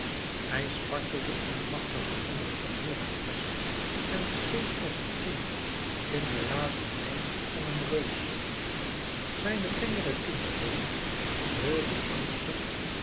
hij spartelde in de machtige handen van herakles en scheen als een kind in de razernij van een reus zijne tengere kindleden trilden angstig